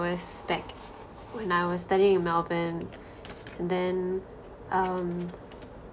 was back when I was studying in melbourne then um